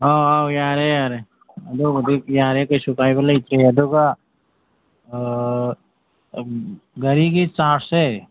ꯑꯥ ꯑꯥ ꯌꯥꯔꯦ ꯌꯥꯔꯦ ꯑꯗꯨꯕꯨꯗꯤ ꯌꯥꯔꯦ ꯀꯩꯁꯨ ꯀꯥꯏꯕ ꯂꯩꯇꯦ ꯑꯗꯨꯒ ꯒꯥꯔꯤꯒꯤ ꯆꯥꯔꯖꯁꯦ